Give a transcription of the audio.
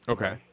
Okay